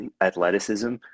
athleticism